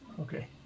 Okay